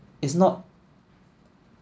it's not